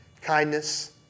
kindness